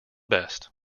best